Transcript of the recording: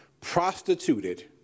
prostituted